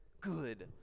good